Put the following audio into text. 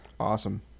Awesome